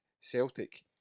Celtic